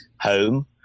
home